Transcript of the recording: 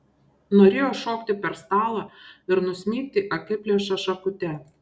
norėjo šokti per stalą ir nusmeigti akiplėšą šakute